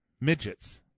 midgets